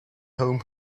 home